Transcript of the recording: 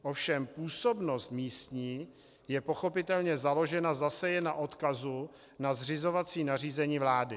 Ovšem působnost místní je pochopitelně založena zase jen na odkazu na zřizovací nařízení vlády.